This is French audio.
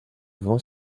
vend